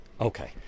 okay